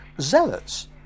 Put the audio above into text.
zealots